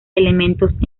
elementos